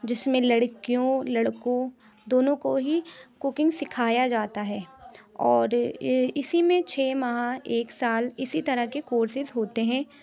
جس میں لڑکیوں لڑکوں دونوں کو ہی کوکنگ سکھایا جاتا ہے اور اِسی میں چھ ماہ ایک سال اِسی طرح کے کورسیز ہوتے ہیں